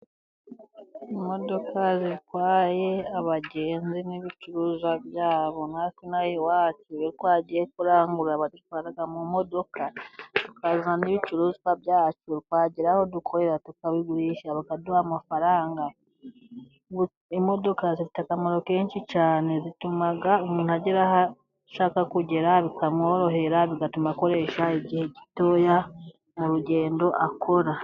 Imodoka zitwaye abagenzi n'ibicuruzwa byabo. Na twe ino aha iwacu iyo twagiye kurangura badutwara mu modoka, tukazana n' ibicuruzwa byacu twagera aho dukorera tukabigurisha bakaduha amafaranga. Imodoka zifite akamaro kenshi cyane, zituma umuntu agera aho ashaka kugera bikamworohera, bigatuma akoresha igihe gitoya mu rugendo akora.